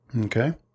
Okay